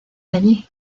allí